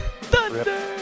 Thunder